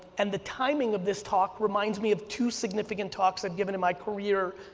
and the timing of this talk reminds me of two significant talks i've given in my career,